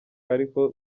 ariko